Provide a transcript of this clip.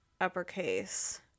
uppercase